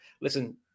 listen